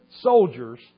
soldiers